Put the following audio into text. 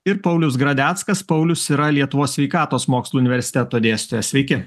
ir paulius gradeckas paulius yra lietuvos sveikatos mokslų universiteto dėstytojas sveiki